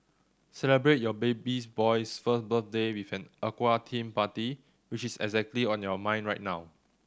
celebrate your babies boy's first birthday with an aqua theme party which is exactly on your mind right now